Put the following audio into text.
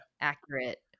Accurate